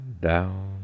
down